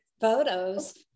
photos